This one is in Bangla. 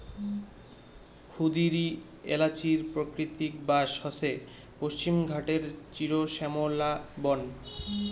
ক্ষুদিরী এ্যালাচির প্রাকৃতিক বাস হসে পশ্চিমঘাটের চিরশ্যামলা বন